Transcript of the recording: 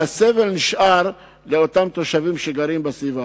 והסבל נשאר לאותם תושבים שגרים בסביבה.